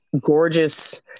gorgeous